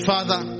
Father